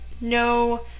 no